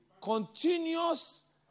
continuous